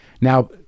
Now